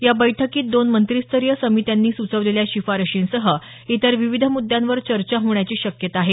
या बैठकीत दोन मंत्रीस्तरीय समित्यांनी सुचवलेल्या शिफारशींसह इतर विविध मुद्यांवर चर्चा होण्याची शक्यता आहे